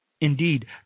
Indeed